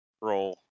roll